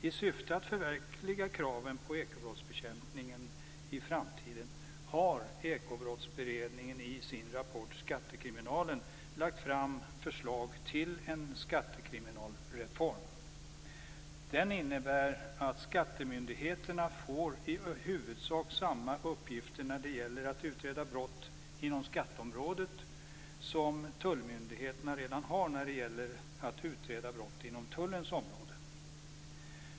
I syfte att förverkliga kraven på ekobrottsbekämpningen i framtiden har Ekobrottsberedningen i sin rapport Skattekriminalen lagt fram förslag till en skattekriminalreform. Den innebär att skattemyndigheterna får i huvudsak samma uppgifter när det gäller att utreda brott inom skatteområdet som tullmyndigheterna redan har när det gäller att utreda brott inom tullens område.